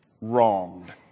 Wronged